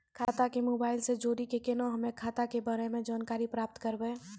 खाता के मोबाइल से जोड़ी के केना हम्मय खाता के बारे मे जानकारी प्राप्त करबे?